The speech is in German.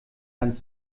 ganz